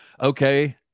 okay